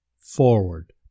forward